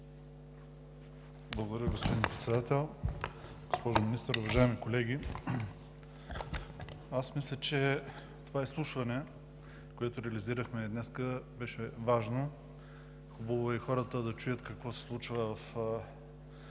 Благодаря, господин Председател. Госпожо Министър, уважаеми колеги! Мисля, че това изслушване, което реализирахме днес, беше важно. Хубаво е и хората да чуят какво се случва в